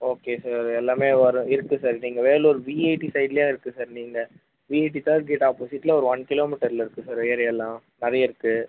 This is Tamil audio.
ஓகே சார் எல்லாமே வரும் இருக்குது சார் நீங்கள் வேலூர் வி ஏ டி சைட்லேயே இருக்குது சார் நீங்கள் V A T sir gate ஆப்போசிட்டில் ஒரு ஒன் கிலோமீட்டரில் இருக்குது சார் ஏரியாலாம் நிறைய இருக்குது